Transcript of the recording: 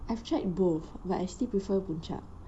I've tried both but I still prefer puncak